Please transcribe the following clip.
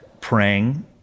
praying